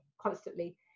constantly